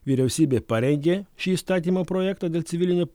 vyriausybė parengė šį įstatymo projektą dėl civilinio